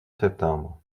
septembre